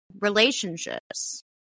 relationships